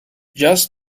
just